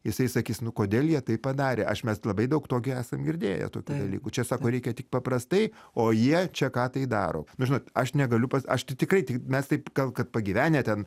jisai sakys nu kodėl jie taip padarė aš mes labai daug tokių esam girdėję tokių dalykų čia sako reikia tik paprastai o jie čia ką tai daro nu žinot aš negaliu pas aš tai tikrai tik mes taip gal kad pagyvenę ten